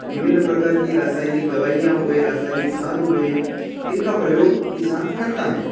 विभिन्न प्रकार की रासायनिक दवाइयाँ हुए रासायनिक खाद हुए इनका प्रयोग किसान करता है